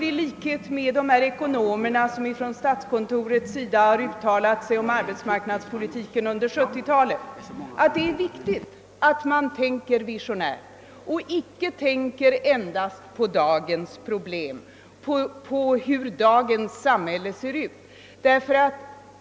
I likhet med de ekonomer som från statskontorets sida har uttalat sig om arbetsmarknadspolitiken under 1970-talet tror jag det är viktigt att man tänker visionärt och inte tänker på hur dagens samhälle ser ut.